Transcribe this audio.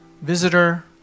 visitor